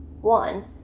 One